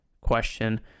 question